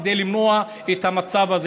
כדי למנוע את המצב הזה,